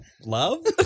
love